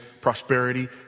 prosperity